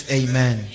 amen